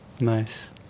nice